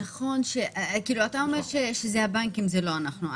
אתה אומר שזה הבנקים, זה לא אנחנו.